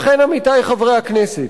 לכן, עמיתי חברי הכנסת,